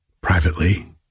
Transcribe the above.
privately